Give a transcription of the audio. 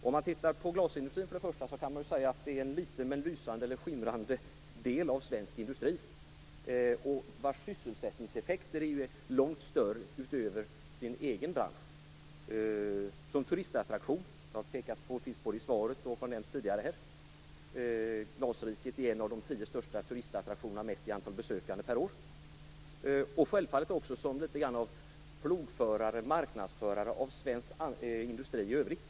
Om man ser på glasindustrin kan man säga att den är en liten men lysande eller skimrande del av svensk industri vars sysselsättningseffekter är långt större än den egna branschen, t.ex. som turistattraktion, vilket har nämnts både i svaret och i tidigare anföranden. Glasriket är en av de tio största turistattraktionerna mätt i antalet besökare per år. Den är också en marknadsförare av svensk industri i övrigt.